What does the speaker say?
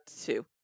Two